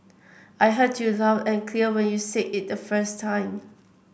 I heard you loud and clear when you said it the first time